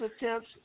attempts